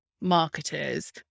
marketers